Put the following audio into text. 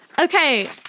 Okay